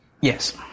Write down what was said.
Yes